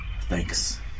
Thanks